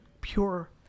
pure